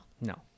No